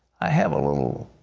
i have a little